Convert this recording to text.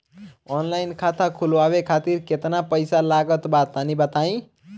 Online खाता खूलवावे खातिर केतना पईसा लागत बा तनि बताईं?